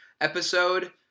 episode